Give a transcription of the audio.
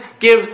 give